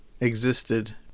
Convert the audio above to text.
existed